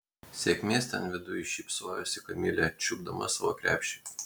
sėkmės ten viduj šypsojosi kamilė čiupdama savo krepšį